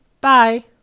bye